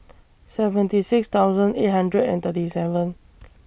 seventy six thousand eight hundred and thirty seven